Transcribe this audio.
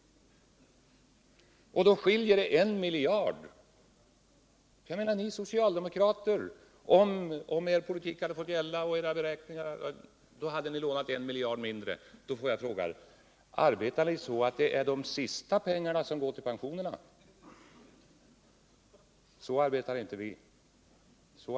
Om er politik hade fått gälla, hade ni lånat 1 miljard kronor mindre. Jag vill fråga: Arbetar ni så, att det är de sista pengarna som går till pensionerna? Så arbetar inte vi.